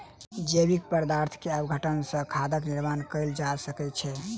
जैविक पदार्थ के अपघटन सॅ खादक निर्माण कयल जा सकै छै